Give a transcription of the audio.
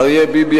אריה ביבי,